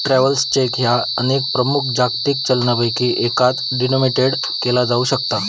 travellers cheque ह्या अनेक प्रमुख जागतिक चलनांपैकी एकात डिनोमिनेटेड केला जाऊ शकता